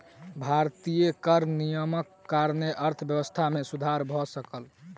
भारतीय कर नियमक कारणेँ अर्थव्यवस्था मे सुधर भ सकल